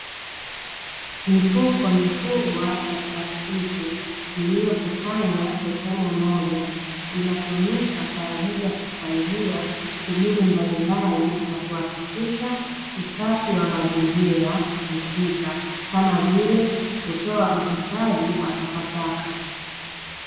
Mifuko mikubwa ya plastiki iliyokusanywa sehemu moja, inatumika kwa ajili ya kusaidia shughuli mbalimbali za kuhakikisha usafi wa mazingira husika, kama vile kutoa uhifadhi wa takataka.